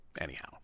Anyhow